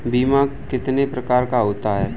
बीमा कितने प्रकार का होता है?